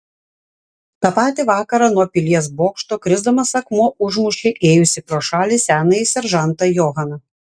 tą patį vakarą nuo pilies bokšto krisdamas akmuo užmušė ėjusį pro šalį senąjį seržantą johaną